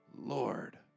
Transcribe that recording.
Lord